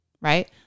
right